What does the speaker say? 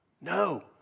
No